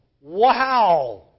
Wow